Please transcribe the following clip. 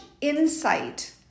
insight